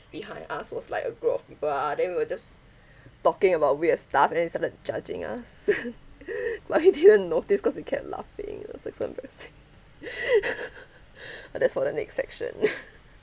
behind us was like a group of people ah then we were just talking about weird stuff and they started judging us but I didn't notice cause we kept laughing so it was so embarrassing but that's all the next section